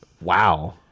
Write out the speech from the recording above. Wow